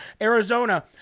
Arizona